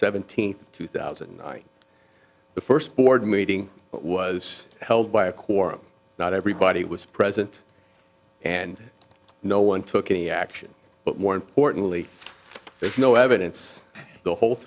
seventeenth two thousand the first board meeting was held by a quorum not everybody was present and no one took any action but more importantly there's no evidence the whole